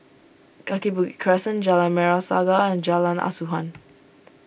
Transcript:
Kaki Bukit Crescent Jalan Merah Saga and Jalan Asuhan